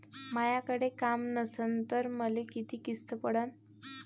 मायाकडे काम असन तर मले किती किस्त पडन?